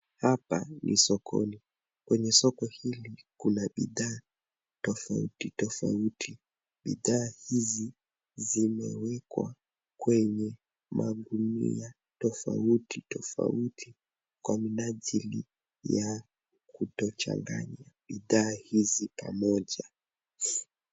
Hapa ni sokoni. Kwenye soko hili, kuna bidhaa tofauti tofauti . Bidhaa hizi zimewekwa kwenye magunia tofauti toufauti kwa minajili ya kutochanganya bidhaa hizi pamoja.